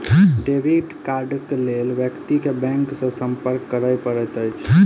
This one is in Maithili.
डेबिट कार्डक लेल व्यक्ति के बैंक सॅ संपर्क करय पड़ैत अछि